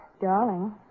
Darling